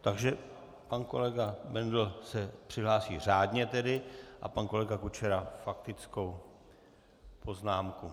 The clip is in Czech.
Takže pan kolega Bendl se přihlásí řádně a pan kolega Kučera faktickou poznámku.